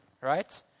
right